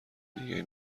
دیگهای